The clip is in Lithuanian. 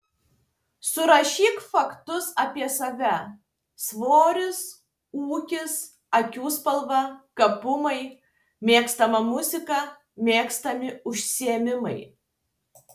surašyk faktus apie save svoris ūgis akių spalva gabumai mėgstama muzika mėgstami užsiėmimai